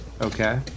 Okay